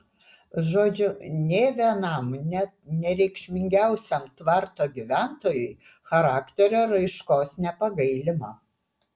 žodžiu nė vienam net nereikšmingiausiam tvarto gyventojui charakterio raiškos nepagailima